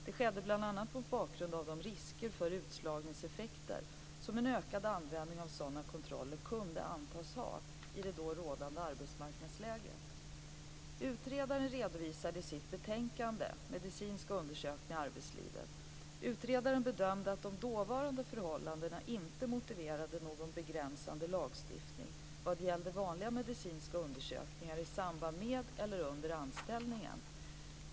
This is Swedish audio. Det skedde bl.a. mot bakgrund av de risker för utslagningseffekter som en ökad användning av sådana kontroller kunde antas ha i det då rådande arbetsmarknadsläget. 1996:63). Utredaren bedömde att de dåvarande förhållandena inte motiverade någon begränsande lagstiftning vad gällde vanliga medicinska undersökningar i samband med eller under anställningen.